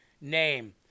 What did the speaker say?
name